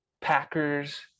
packers